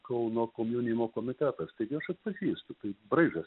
kauno komjaunimo komitetas taigi aš atpažįstu tai braižas